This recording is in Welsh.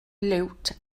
liwt